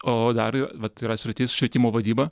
o dar vat yra sritis švietimo vadyba